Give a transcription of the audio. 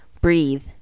breathe